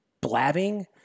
blabbing